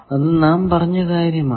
അതും നാം പറഞ്ഞ കാര്യമാണ്